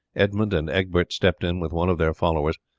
edmund and egbert stepped in with one of their followers,